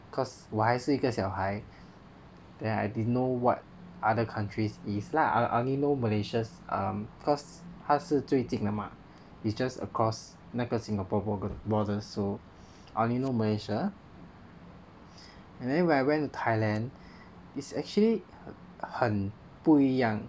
cause 我还是一个小孩 then I didn't know what other countries is lah I only know Malaysia's um cause 它是最近的吗 it's just across 那个 Singapore border borders so I only know Malaysia and then when I went to Thailand it's actually 很不一样